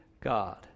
God